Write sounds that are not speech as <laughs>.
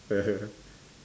<laughs>